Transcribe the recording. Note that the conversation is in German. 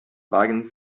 wagen